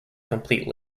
complete